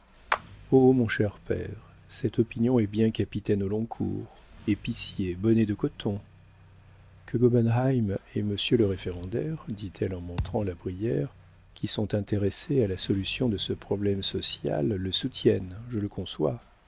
mon cher père cette opinion est bien capitaine au long cours épicier bonnet de coton que gobenheim et monsieur le référendaire dit-elle en montrant la brière qui sont intéressés à la solution de ce problème social le soutiennent je le conçois